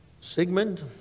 Sigmund